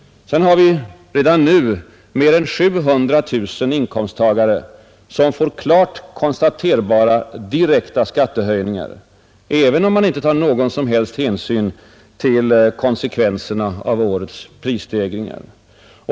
Vidare har vi redan nu mer än 700 000 inkomsttagare som får klart konstaterbara direkta skattehöjningar, även om man inte tar någon som helst hänsyn till konsekvenserna av årets prisstegringar.